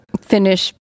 finish